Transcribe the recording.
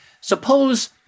suppose